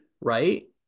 Right